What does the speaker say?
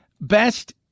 Best